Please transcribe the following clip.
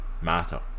matter